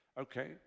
Okay